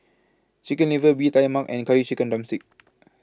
Chicken Liver Bee Tai Mak and Curry Chicken Drumstick